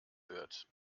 wird